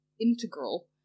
integral